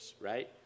right